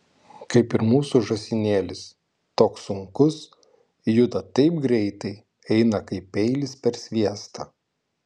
kaip ir mūsų žąsinėlis toks sunkus juda taip greitai eina kaip peilis per sviestą